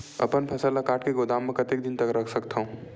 अपन फसल ल काट के गोदाम म कतेक दिन तक रख सकथव?